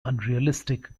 unrealistic